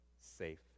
safe